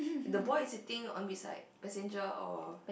the boy is sitting on beside passenger or